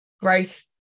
growth